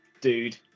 dude